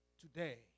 Today